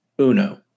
Uno